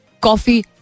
Coffee